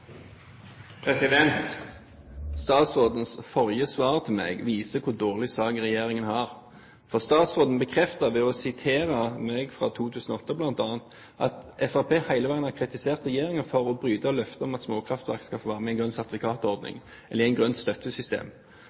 Statsrådens forrige svar til meg viser hvor dårlig sak regjeringen har, for ved å sitere meg fra 2008 bekrefter statsråden bl.a. at Fremskrittspartiet hele veien har kritisert regjeringen for å bryte løftet om at småkraftverk skal få være med i den grønne sertifikatordningen, eller i grønt støttesystem.